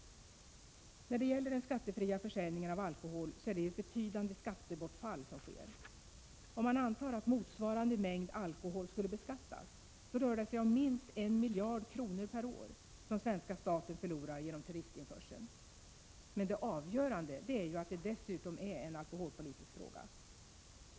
När det gäller den skattefria försäljningen av alkohol är det ett betydande skattebortfall som sker. Om man antar att motsvarande mängd alkohol skulle beskattas, rör det sig om minst 1 miljard kronor per år som svenska staten förlorar genom turistinförseln. Men det avgörande är att det dessutom är en alkoholpolitisk fråga.